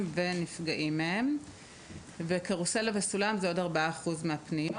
ונפגעים מהם; וקרוסלה וסולם הם עוד 4% מהפניות.